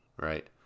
right